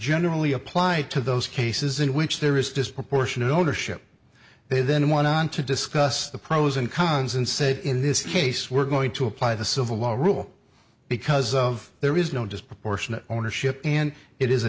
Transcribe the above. generally applied to those cases in which there is disproportionate ownership they then went on to discuss the pros and cons and said in this case we're going to apply the civil law rule because of there is no disproportionate ownership and it is a